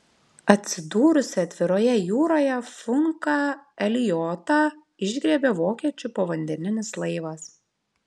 atsidūrusį atviroje jūroje funką eliotą išgriebė vokiečių povandeninis laivas